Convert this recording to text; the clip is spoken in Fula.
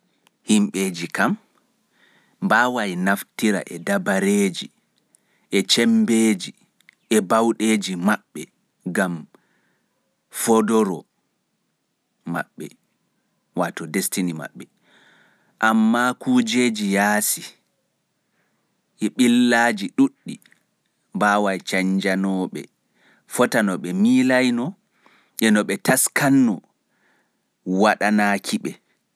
Himɓe mbaawai naftira e dabareeji e bauɗe e cemmbe gam fodoore maɓɓe. Amma kuujeji yaasi mbawai canjanooɓe fota no ɓe milaino e no ɓe taskanno waɗoraaki waɗanaakiɓe.